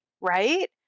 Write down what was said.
right